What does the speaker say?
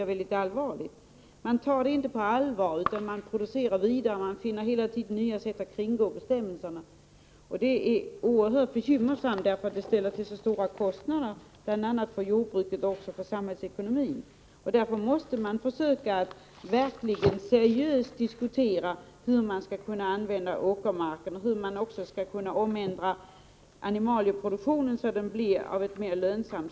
Jordbrukarna tar inte detta problem på allvar, utan de fortsätter att producera och finner nya sätt att kringgå bestämmelserna. Det är oerhört bekymmersamt, därför att det förorsakar såväl jordbruket som samhällsekonomin stora kostnader. Därför måste det föras en seriös diskussion om hur åkermarken skall användas och hur animalieproduktionen skall förändras så att den blir mera lönsam.